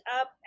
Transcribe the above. up